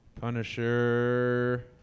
Punisher